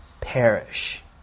perish